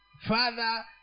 father